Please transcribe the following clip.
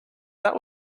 that